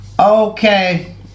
Okay